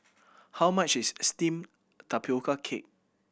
how much is steamed tapioca cake